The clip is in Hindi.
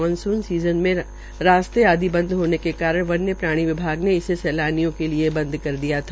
मानसून सीज़न के रास्ते आदि बंद होने के कारण वन्य प्राणी विभाग ने इसे सैलानियों के लिये बंद कर दिया था